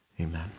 amen